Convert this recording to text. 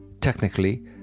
technically